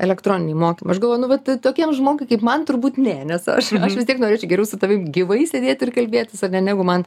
elektroniniai mokymai aš galvoju nu vat tokiem žmogui kaip man turbūt ne nes aš aš vis tiek norėčiau geriau su tavim gyvai sėdėt ir kalbėtis ar ne negu man